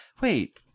wait